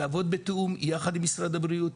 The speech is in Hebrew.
זה לעבוד בתיאום יחד עם משרד הבריאות,